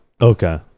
Okay